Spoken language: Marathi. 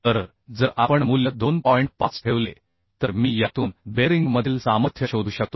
तर जर आपण मूल्य 2 ठेवले तर मी यातून बेअरिंगमधील सामर्थ्य शोधू शकतो